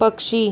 पक्षी